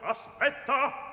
Aspetta